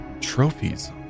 trophies